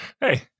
hey